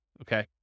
Okay